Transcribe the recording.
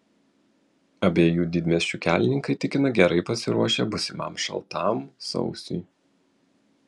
abiejų didmiesčių kelininkai tikina gerai pasiruošę būsimam šaltam sausiui